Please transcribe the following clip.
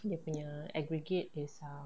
dia punya aggregate is ah